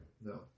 No